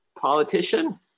politician